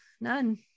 none